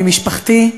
ממשפחתי,